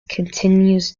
continues